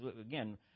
Again